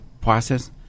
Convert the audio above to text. process